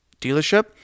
dealership